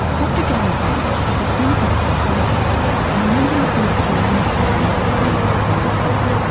dr gary banks is a clinical psychologist and a member of the australian academy of forensic sciences.